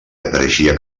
apareixia